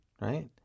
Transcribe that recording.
right